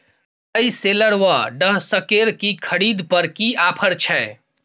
मकई शेलर व डहसकेर की खरीद पर की ऑफर छै?